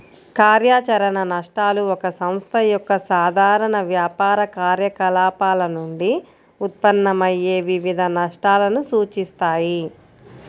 కార్యాచరణ నష్టాలు ఒక సంస్థ యొక్క సాధారణ వ్యాపార కార్యకలాపాల నుండి ఉత్పన్నమయ్యే వివిధ నష్టాలను సూచిస్తాయి